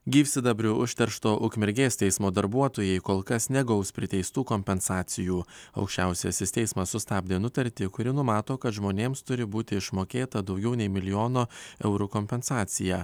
gyvsidabriu užteršto ukmergės teismo darbuotojai kol kas negaus priteistų kompensacijų aukščiausiasis teismas sustabdė nutartį kuri numato kad žmonėms turi būti išmokėta daugiau nei milijono eurų kompensacija